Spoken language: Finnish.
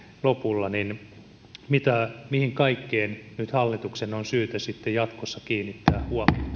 lopulla niin mihin kaikkeen hallituksen on syytä sitten jatkossa kiinnittää